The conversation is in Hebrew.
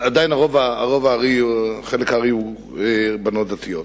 עדיין חלק הארי הוא בנות דתיות.